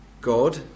God